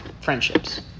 friendships